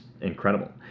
incredible